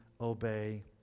obey